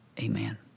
amen